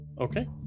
Okay